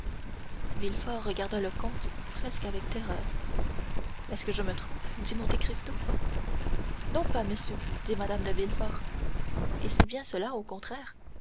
villefort regarda le comte presque avec terreur est-ce que je me trompe dit monte cristo non pas monsieur dit mme de villefort et c'est bien cela au contraire